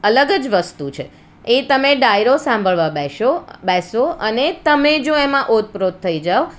અલગ જ વસ્તુ છે એ તમે ડાયરો સાંભળવા બેસો બેસો અને તમે જો એમાં ઓતપ્રોત થઈ જાઓ